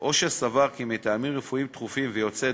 או שסבר כי מטעמים רפואיים דחופים ויוצאי